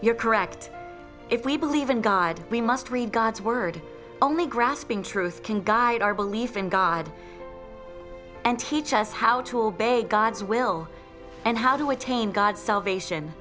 you're correct if we believe in god we must read god's word only grasping truth can guide our belief in god and teach us how to obey god's will and how do i attain god's salvation